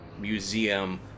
museum